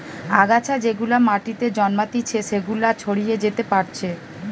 আগাছা যেগুলা মাটিতে জন্মাতিচে সেগুলা ছড়িয়ে যেতে পারছে